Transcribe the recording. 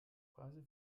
preise